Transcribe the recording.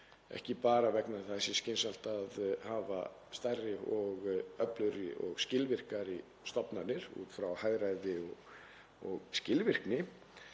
ekki bara vegna þess að það sé skynsamlegt að hafa stærri, öflugri og skilvirkari stofnanir, út frá hagræði og skilvirkni,